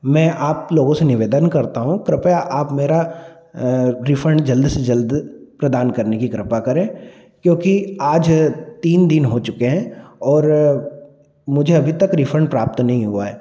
मैं आप लोगों से निवेदन करता हूँ कृपया आप मेरा रिफंड जल्दी से जल्दी प्रदान करने की कृपया करें क्योंकि आज तीन दिन हो चुके हैं और मुझे अभी तक रिफंड प्राप्त नहीं हुआ है